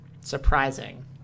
Surprising